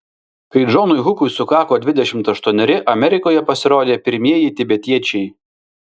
kai džonui hukui sukako dvidešimt aštuoneri amerikoje pasirodė pirmieji tibetiečiai